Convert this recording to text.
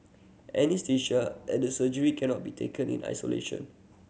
anaesthesia and surgery cannot be taken in isolation